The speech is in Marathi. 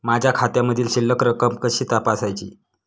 माझ्या खात्यामधील शिल्लक रक्कम कशी तपासायची?